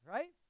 Right